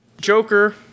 Joker